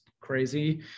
crazy